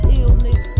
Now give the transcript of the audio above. illness